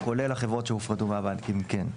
כולל החברות שהופרדו מהבנקים, כן.